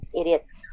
Idiots